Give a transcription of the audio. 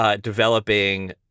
developing